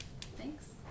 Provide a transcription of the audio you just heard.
thanks